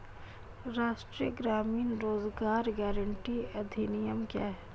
राष्ट्रीय ग्रामीण रोज़गार गारंटी अधिनियम क्या है?